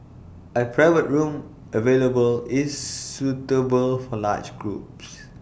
A private room available is suitable for large groups